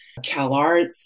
CalArts